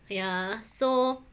ya so